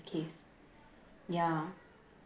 case ya